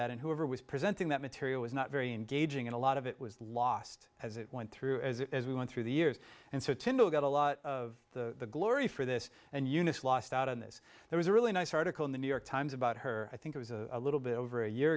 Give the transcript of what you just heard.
that and whoever was presenting that material was not very engaging in a lot of it was lost as it went through as we went through the years and so tyndall got a lot of the glory for this and eunice lost out on this there was a really nice article in the new york times about her i think it was a little bit over a year